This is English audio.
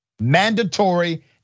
mandatory